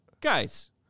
guys